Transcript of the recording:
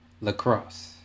Lacrosse